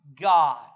God